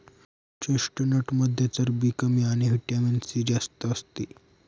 चेस्टनटमध्ये चरबी कमी आणि व्हिटॅमिन सी जास्त असते